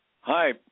hi